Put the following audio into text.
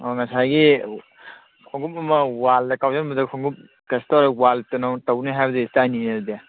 ꯑꯣ ꯉꯁꯥꯏꯒꯤ ꯈꯣꯡꯎꯞ ꯑꯃ ꯋꯥꯜꯗ ꯀꯥꯎꯁꯟꯕꯗ ꯈꯣꯡꯎꯞ ꯀꯩꯁꯨ ꯇꯧꯔꯣꯏ ꯋꯥꯜ ꯀꯩꯅꯣ ꯇꯧꯅꯤ ꯍꯥꯏꯕꯗꯨꯒꯤ ꯏꯁꯇꯥꯏꯜꯅꯤꯅꯦ ꯑꯗꯨꯗꯤ